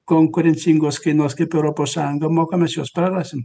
konkurencingos kainos kaip europos sąjunga mokama mes juos prarasim